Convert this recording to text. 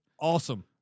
Awesome